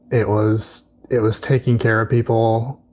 it was it was taking care of people,